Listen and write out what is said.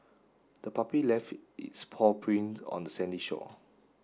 the puppy left its paw prints on the sandy shore